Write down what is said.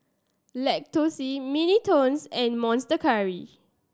Lacoste Mini Toons and Monster Curry